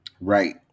Right